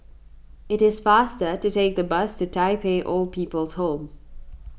it is faster to take the bus to Tai Pei Old People's Home